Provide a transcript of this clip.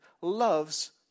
loves